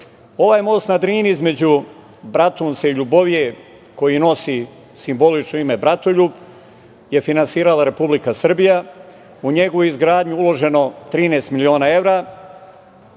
Ovaj most na Drini između Bratunca i Ljubovije koji nosi simbolično ime "Bratoljub" je finansirala Republika Srbija. U njegovu izgradnju je uloženo 13 miliona evra.